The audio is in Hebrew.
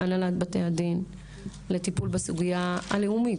מהנהלת בתי הדין לטיפול בסוגיה הלאומית,